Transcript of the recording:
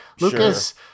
Lucas